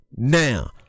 Now